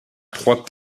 trois